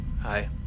Hi